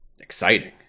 exciting